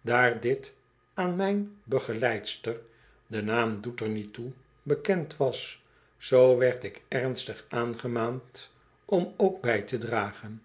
daar dit aan mijn begeleidster de naam doet er niet toe bekend was zoo werd ik ernstig aangemaand om ook bij te dragen